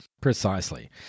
Precisely